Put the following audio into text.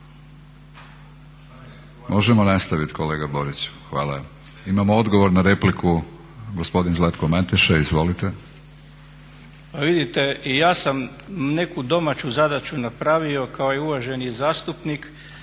Možemo nastaviti kolega Borić? Hvala. Imamo odgovor na repliku, gospodin Zlatko Mateša. Izvolite. **Mateša, Zlatko** Pa vidite i ja sam neku domaću zadaću napravio kao i uvaženi zastupnik